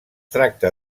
tracta